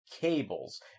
Cable's